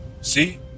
See